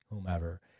whomever